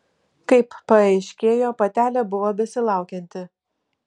kaip paaiškėjo patelė buvo besilaukianti